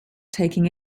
taking